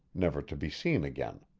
never to be seen again.